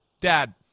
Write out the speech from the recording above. Dad